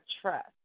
trust